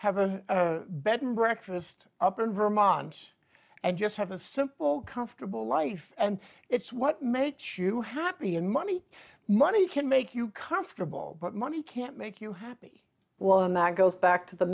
have a bed and breakfast up in vermont and just have a simple comfortable life and it's what makes you happy and money money can make you comfortable but money can't make you happy well and that goes back to the